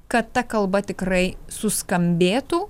kad ta kalba tikrai suskambėtų